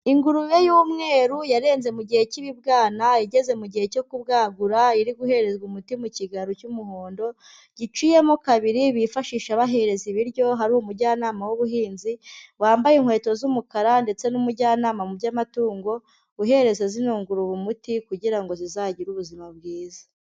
Ingurube y'umweru yarenze mu gihe cy'ibibwana igeze mu gihe cyo kubwagura, iri guherezwa umuti mu kigaro cy'umuhondo, giciyemo kabiri bifashisha bahereza ibiryo, hari umujyanama w'ubuhinzi wambaye inkweto z'umukara ndetse n'umujyanama mu by'amatungo uhereza zino ngurube umuti kugira ngo zizagire ubuzima bwiza.